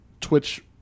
Twitch-